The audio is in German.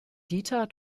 dieter